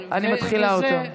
אני מתחילה אותן.